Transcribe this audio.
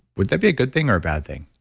would that be a good thing or a bad thing?